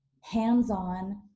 hands-on